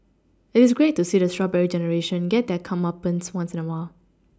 it is great to see the Strawberry generation get their comeuppance once in a while